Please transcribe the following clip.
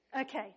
Okay